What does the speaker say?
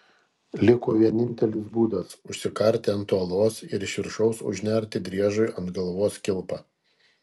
liko vienintelis būdas užsikarti ant uolos ir iš viršaus užnerti driežui ant galvos kilpą